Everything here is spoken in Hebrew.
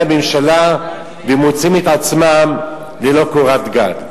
הממשלה והם מוצאים את עצמם ללא קורת-גג.